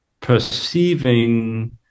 perceiving